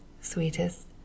sweetest